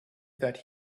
that